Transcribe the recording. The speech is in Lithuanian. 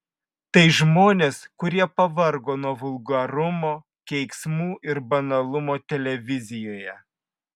tai žmonės kurie pavargo nuo vulgarumo keiksmų ir banalumo televizijoje